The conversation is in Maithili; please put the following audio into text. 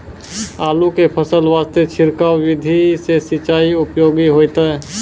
आलू के फसल वास्ते छिड़काव विधि से सिंचाई उपयोगी होइतै?